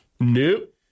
Nope